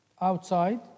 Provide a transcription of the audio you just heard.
outside